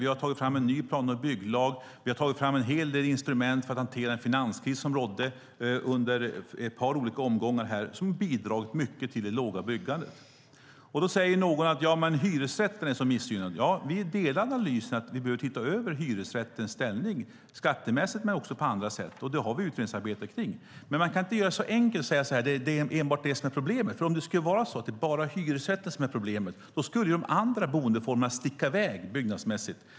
Vi har tagit fram en ny plan och bygglag. Vi har tagit fram en hel del instrument för att hantera den finanskris som rådde under ett par olika omgångar och som har bidragit mycket till det låga byggandet. Då säger någon: Men hyresrätten är så missgynnad. Ja, vi delar analysen att vi behöver titta över hyresrättens ställning skattemässigt men också på andra sätt. Det har vi utredningsarbete kring. Men man kan inte göra det så enkelt och säga att det är enbart det som är problemet. Om det skulle vara så att det är bara hyresrätten som är problemet skulle ju de andra boendeformerna sticka i väg byggnadsmässigt.